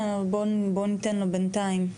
כן בואו ניתן לו בינתיים.